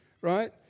right